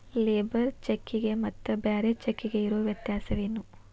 Labour ಚೆಕ್ಕಿಗೆ ಮತ್ತ್ ಬ್ಯಾರೆ ಚೆಕ್ಕಿಗೆ ಇರೊ ವ್ಯತ್ಯಾಸೇನು?